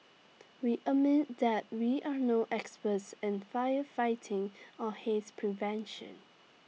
we admit that we are no experts in firefighting or haze prevention